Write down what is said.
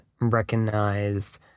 recognized